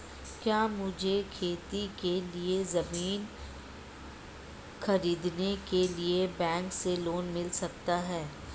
क्या मुझे खेती के लिए ज़मीन खरीदने के लिए बैंक से लोन मिल सकता है?